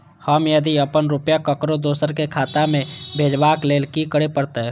हम यदि अपन रुपया ककरो दोसर के खाता में भेजबाक लेल कि करै परत?